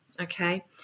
Okay